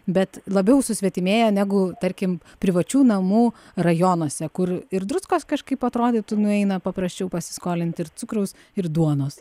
bet labiau susvetimėję negu tarkim privačių namų rajonuose kur ir druskos kažkaip atrodytų nueina paprasčiau pasiskolint ir cukraus ir duonos